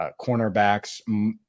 cornerbacks